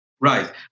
Right